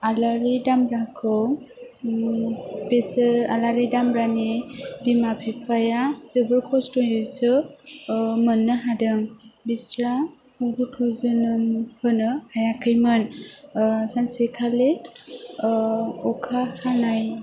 आलारि दामब्राखौ बिसोर आलारि दामब्रानि बिमा बिफाया जोबोर खस्थयैसो मोननो हादों बिस्रा गथ' जोनोम होनो हायाखैमोन सानसेखालि अखा हानाय